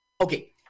Okay